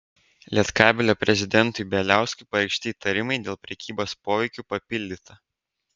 lietkabelio prezidentui bieliauskui pareikšti įtarimai dėl prekybos poveikiu papildyta